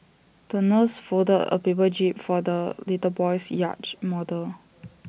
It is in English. the nurse folded A paper jib for the little boy's yacht model